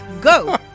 Go